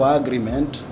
agreement